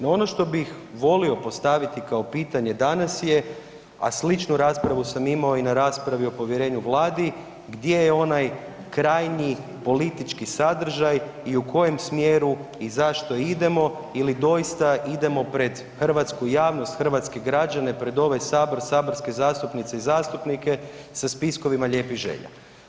No, ono što bih volio postaviti kao pitanje danas je, a sličnu raspravu sam imao i na raspravi o povjerenju Vladi gdje je onaj krajnji politički sadržaj i u kojem smjeru i zašto idemo ili doista idemo pred hrvatsku javnost, hrvatske građane, pred ovaj Sabor, saborske zastupnice i zastupnike, sa spiskovima lijepih želja.